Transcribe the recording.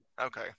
Okay